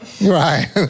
Right